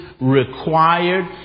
required